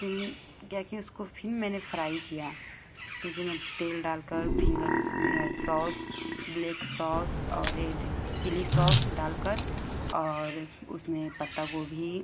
फिर क्या की उसको फिर मैंने फ़्राई किया क्योंकि मैं तेल डालकर फिन्गर सॉस ब्लैक सॉस और रेड चिली सॉस डालकर और उसमें पत्ता गोभी